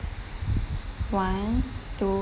one two